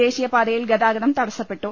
ദേശീയപാതയിൽ ഗതാഗതം തടസ്സപ്പെട്ടു